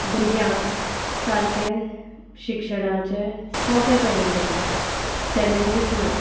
भुरग्यांक सारकें शिक्षणाचें सोंपें करून दिलां चॅलेंजीस ना